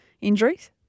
injuries